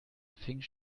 think